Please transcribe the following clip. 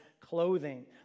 clothing